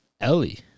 Ellie